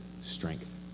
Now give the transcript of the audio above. strength